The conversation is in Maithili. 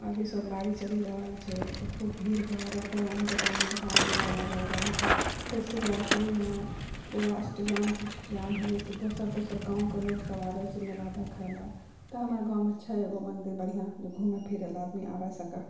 अभी सोमवारी चलि रहल छै तऽ खूब भीड़ भार एकदम दोकान तोकान मेला लागल रहै छै फिर शिवरात्रिमे पूरा अष्टजाम तष्टजाम हुअए छै दोसर दोसर गाँवके लोकसब आबै छै मेला देखैला तऽ हमर गाँवमे छै एगो मंदिर बढ़िआँ जे घुमै फिरैला आदमी आबि सकै